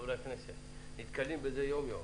חברי הכנסת נתקלים בזה יום-יום.